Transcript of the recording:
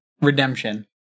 Redemption